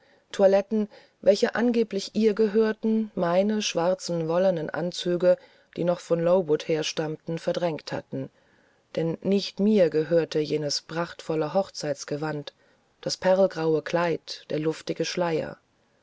toiletten welche angeblich ihr gehörten meine schwarzen wollenen anzüge die noch von lowood herstammten verdrängt hatten denn nicht mir gehörte jenes prachtvolle hochzeitsgewand das perlgraue kleid der lustige schleier